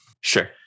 Sure